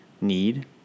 need